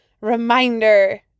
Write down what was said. reminder